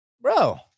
bro